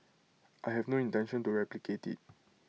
I have no intention to replicate IT